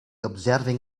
observing